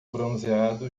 bronzeado